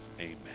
Amen